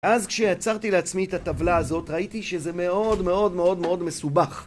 אז כשיצאתי לעצמי את הטבלה הזאת, ראיתי שזה מאוד מאוד מאוד מאוד מסובך.